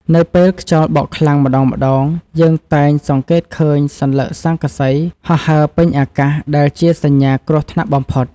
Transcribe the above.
នៅពេលខ្យល់បក់ខ្លាំងម្តងៗយើងតែងសង្កេតឃើញសន្លឹកស័ង្កសីហោះហើរពេញអាកាសដែលជាសញ្ញាគ្រោះថ្នាក់បំផុត។